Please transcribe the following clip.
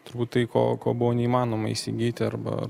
turbūt tai ko ko buvo neįmanoma įsigyti arba